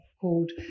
called